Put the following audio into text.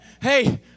hey